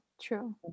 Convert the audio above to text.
true